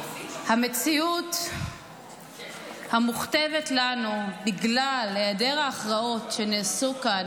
המציאות המוכתבת לנו בגלל היעדר ההכרעות שנעשו כאן